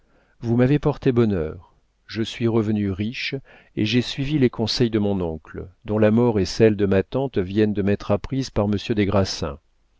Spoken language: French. vous m'avez porté bonheur je suis revenu riche et j'ai suivi les conseils de mon oncle dont la mort et celle de ma tante viennent de m'être apprise par monsieur des grassins